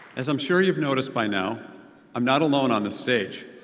as i'm sure you've noticed by now i'm not alone on this stage.